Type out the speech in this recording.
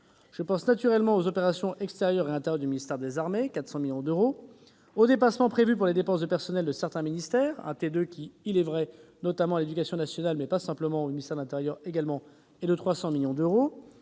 Je pense naturellement aux opérations extérieures et intérieures du ministère des armées- 400 millions d'euros -, aux dépassements prévus pour les dépenses de personnel de certains ministères- un T2 qui, notamment à l'éducation nationale, mais également à l'intérieur, représente 300 millions d'euros